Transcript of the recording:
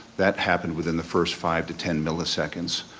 that happened within the first five to ten milliseconds,